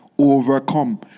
overcome